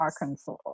Arkansas